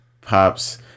Pops